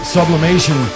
Sublimation